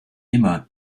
immer